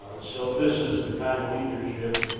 so this is the kind of leadership,